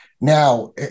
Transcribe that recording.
now